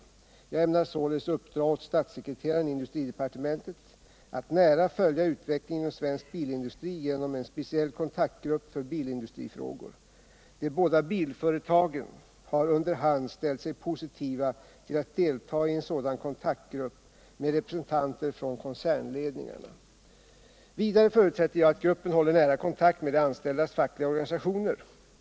Jag ämnar således uppdra åt statssekreteraren i industridepartementet att nära följa utvecklingen inom svensk bilindustri genom en speciell kontaktgrupp för bilindustrifrågor. De båda bilföretagen har under hand ställt sig positiva till att delta i en sådan kontaktgrupp med representanter från koncernledningarna. Vidare förutsätter jag att gruppen håller nära kontakt med de anställdas fackliga organisationer.